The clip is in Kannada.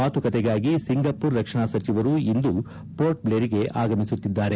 ಮಾತುಕತೆಗಾಗಿ ಒಂಗಪೂರ್ ರಕ್ಷಣಾ ಸಚಿವರು ಇಂದು ಪೋರ್ಟ್ಬ್ಲೇರ್ಗೆ ಆಗಮಿಸುತ್ತಿದ್ದಾರೆ